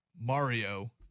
Mario